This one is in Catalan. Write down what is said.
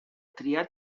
triat